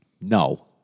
No